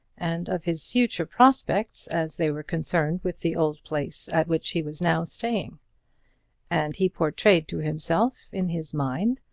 and of his future prospects as they were concerned with the old place at which he was now staying and he portrayed to himself, in his mind,